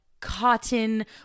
cotton